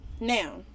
now